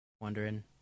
wondering